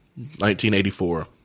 1984